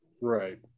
Right